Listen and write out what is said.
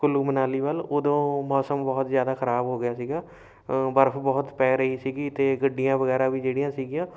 ਕੁੱਲੂ ਮਨਾਲੀ ਵੱਲ ਉਦੋਂ ਮੌਸਮ ਬਹੁਤ ਜ਼ਿਆਦਾ ਖਰਾਬ ਹੋ ਗਿਆ ਸੀਗਾ ਬਰਫ ਬਹੁਤ ਪੈ ਰਹੀ ਸੀਗੀ ਅਤੇ ਗੱਡੀਆਂ ਵਗੈਰਾ ਵੀ ਜਿਹੜੀਆਂ ਸੀਗੀਆਂ